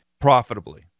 profitably